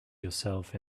yourself